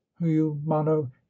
humano